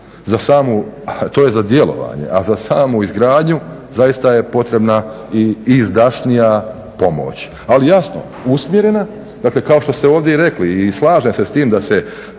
To je za djelovanje, a za samu izgradnju zaista je potrebna izdašnija pomoć. Ali jasno, usmjerena, dakle kao što ste ovdje rekli i slažem se s tim da se